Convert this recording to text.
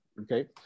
Okay